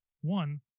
one